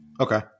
Okay